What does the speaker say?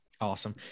awesome